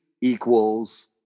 equals